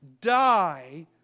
die